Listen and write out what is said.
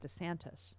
DeSantis